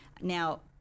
now